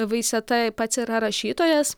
vaiseta pats yra rašytojas